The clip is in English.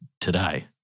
today